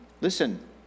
Listen